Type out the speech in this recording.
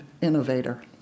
innovator